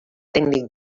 tècnic